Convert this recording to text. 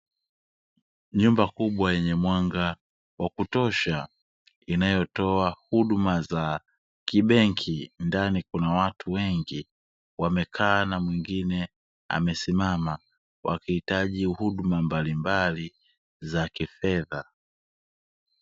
Nyumba kubwa yenye mwanga wa kutosha inayotoa huduma za kibenki, ndani kuna watu wengi wamekaa na mwingine amesimama wakihitaji huduma mbalimbali za kifedha.